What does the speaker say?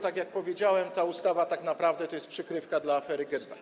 Tak jak powiedziałem, ta ustawa tak naprawdę to jest przykrywka dla afery GetBack.